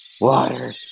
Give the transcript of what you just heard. water